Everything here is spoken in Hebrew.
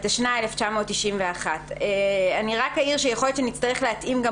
התשנ"א 1991‏;" אני רק אעיר שיכול להיות שנצטרך להתאים גם